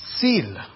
seal